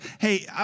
Hey